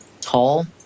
tall